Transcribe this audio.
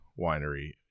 Winery